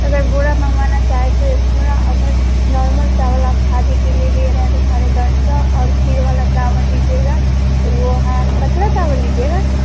अगर बोरा मंगवाना चाहे तो एक बोरा अगर नॉर्मल चावल आप खा भी के लिए ले रहे हैं तो साढ़े दस का और खीर वाला चावल लीजिएगा तो वह है पतला चावल लीजिएगा ना